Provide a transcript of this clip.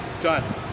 done